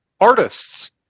artists